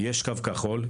יש קו כחול,